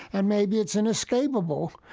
and maybe it's inescapable.